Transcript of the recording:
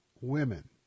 women